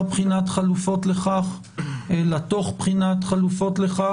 בחינת חלופות לכך אלא תוך בחינת חלופות לכך.